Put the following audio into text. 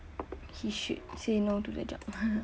he should say no to the job